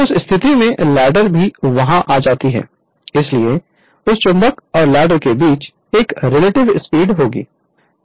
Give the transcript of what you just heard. तो उस स्थिति में लैडर भी वहां आ जाती है इसलिए उस चुंबक और लैडर के बीच एक रिलेटिव स्पीड होगी